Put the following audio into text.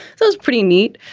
so it's pretty neat.